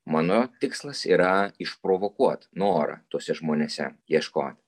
mano tikslas yra išprovokuot norą tuose žmonėse ieškot